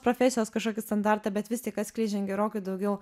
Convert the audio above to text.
profesijos kažkokį standartą bet vis tik atskleidžiant gerokai daugiau